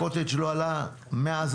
הקוטג' לא עלה מאז